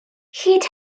hyd